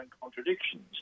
Contradictions